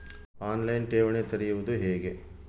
On line ಠೇವಣಿ ತೆರೆಯುವುದು ಹೇಗೆ?